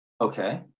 Okay